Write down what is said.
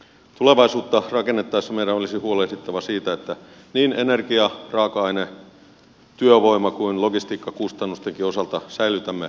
tulevaisuutta rakennettaessa meidän olisi huolehdittava siitä että niin energia raaka aine työvoima kuin logistiikkakustannustenkin osalta säilytämme kilpailukykymme